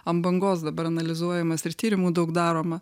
ant bangos dabar analizuojamas ir tyrimu daug daroma